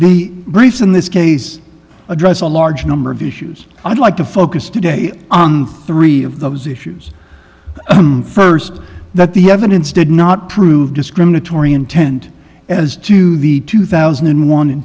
briefs in this case address a large number of issues i'd like to focus today on three of those issues first that the evidence did not prove discriminatory intent as to the two thousand and one in